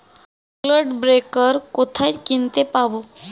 Clod breaker কোথায় কিনতে পাব?